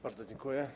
Bardzo dziękuję.